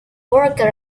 worker